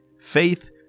faith